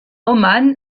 oman